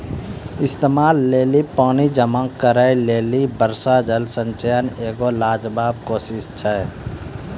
इस्तेमाल के लेली पानी जमा करै लेली वर्षा जल संचयन एगो लाजबाब कोशिश छै